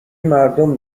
مردم